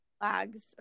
flags